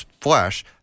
flesh